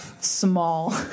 small